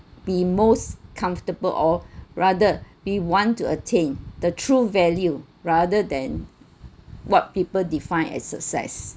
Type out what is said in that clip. be most comfortable or rather we want to attain the true value rather than what people define a success